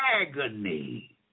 agony